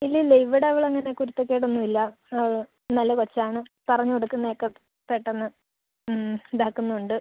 ഇല്ല ഇല്ല ഇവിടെ അവൾ അങ്ങനെ കുരുത്തക്കേടൊന്നും ഇല്ല അവൾ നല്ല കൊച്ചാണ് പറഞ്ഞുകൊടുക്കുന്നത് ഒക്കെ പെട്ടെന്ന് മ്മ് ഇതാക്കുന്നുണ്ട്